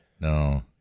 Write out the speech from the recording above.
No